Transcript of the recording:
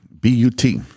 B-U-T